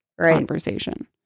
conversation